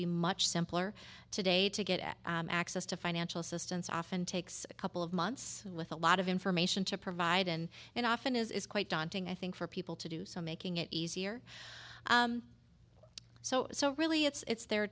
be much simpler today to get access to financial assistance often takes a couple of months with a lot of information to provide and it often is quite daunting i think for people to do so making it easier so so really it's